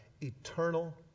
eternal